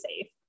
safe